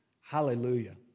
Hallelujah